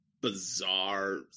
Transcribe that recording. bizarre